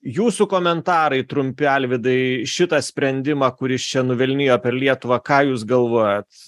jūsų komentarai trumpi alvydai šitą sprendimą kuris čia nuvilnijo per lietuvą ką jūs galvojat